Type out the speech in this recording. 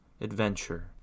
adventure